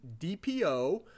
DPO